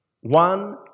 one